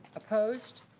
opposed?